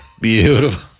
Beautiful